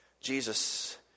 Jesus